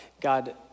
God